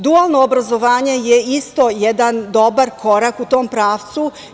Dualno obrazovanje je isto jedan dobar korak u tom pravcu.